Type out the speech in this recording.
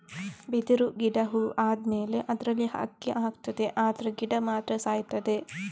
ಬಿದಿರು ಗಿಡ ಹೂ ಆದ್ಮೇಲೆ ಅದ್ರಲ್ಲಿ ಅಕ್ಕಿ ಆಗ್ತದೆ ಆದ್ರೆ ಗಿಡ ಮಾತ್ರ ಸಾಯ್ತದೆ